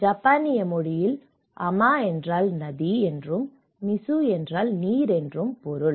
ஜப்பானிய மொழியில் அமா என்றால் நதி என்றும் மிசு என்றால் நீர் என்றும் பொருள்